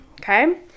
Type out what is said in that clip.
okay